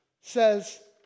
says